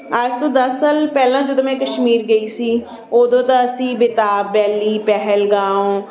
ਅੱਜ ਤੋਂ ਦਸ ਸਾਲ ਪਹਿਲਾਂ ਜਦੋਂ ਮੈਂ ਕਸ਼ਮੀਰ ਗਈ ਸੀ ਉਦੋਂ ਤਾਂ ਅਸੀਂ ਬੇਤਾਬ ਵੈਲੀ ਪਹਿਲਗਾਉਂ